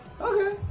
Okay